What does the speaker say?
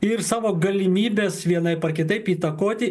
ir savo galimybes vienaip ar kitaip įtakoti